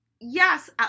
yes